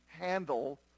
handle